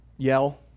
Yell